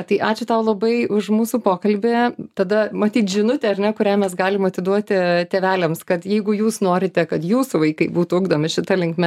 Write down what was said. tai ačiū tau labai už mūsų pokalbį tada matyt žinutė ar ne kurią mes galim atiduoti tėveliams kad jeigu jūs norite kad jūsų vaikai būtų ugdomi šita linkme